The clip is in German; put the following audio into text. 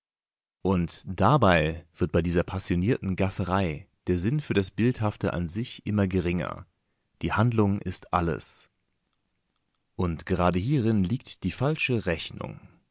und dabei wird bei dieser passionierten gafferei der sinn für das bildhafte an sich immer geringer die handlung ist alles und gerade hierin liegt die falsche rechnung